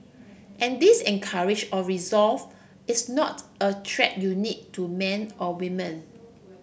and this encourage or resolve is not a trait unique to men or women